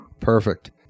perfect